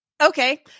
Okay